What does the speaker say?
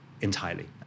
entirely